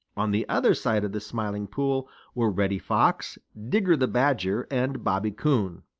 on the other side of the smiling pool were reddy fox, digger the badger, and bobby coon.